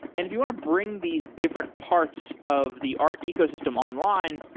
and if you want to bring these different parts of the art ecosystem online,